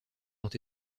ont